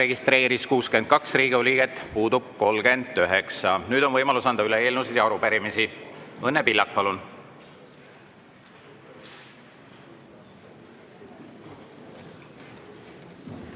registreerus 62 Riigikogu liiget, puudub 39.Nüüd on võimalus anda üle eelnõusid ja arupärimisi. Õnne Pillak, palun!